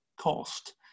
cost